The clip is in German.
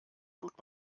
tut